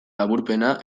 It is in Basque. laburpena